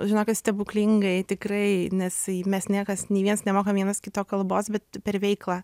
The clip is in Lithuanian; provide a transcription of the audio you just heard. žinokit stebuklingai tikrai nes mes niekas nei viens nemokam vienas kito kalbos bet per veiklą